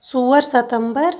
ژور ستمبر